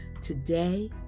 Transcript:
today